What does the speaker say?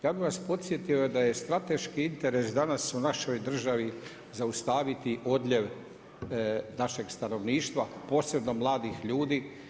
Ja bih vas podsjetio da je strateški interes danas u našoj državi zaustaviti odljev našeg stanovništva, posebno mladih ljudi.